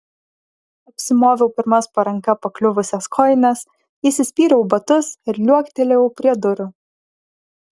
apsimoviau pirmas po ranka pakliuvusias kojines įsispyriau į batus ir liuoktelėjau prie durų